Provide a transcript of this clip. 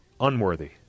unworthy